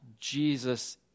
Jesus